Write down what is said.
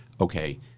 okay